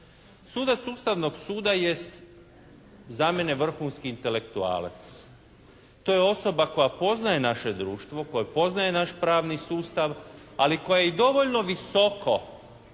Sudac Ustavnog suda jest za mene vrhunski intelektualac. To je osoba koja poznaje naše društvo, koja poznaje naš pravni sustav ali koja je i dovoljno visoko